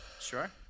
Sure